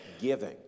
giving